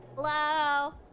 hello